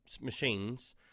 machines